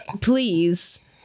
please